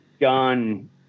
done